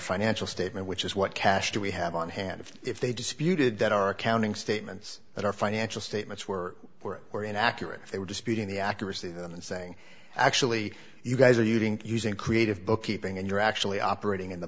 financial statement which is what cash do we have on hand if they disputed that our accounting statements that our financial statements were were were inaccurate they were disputing the accuracy and saying actually you guys are using using creative bookkeeping and you're actually operating in the